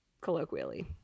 colloquially